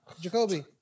Jacoby